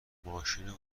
ماشینو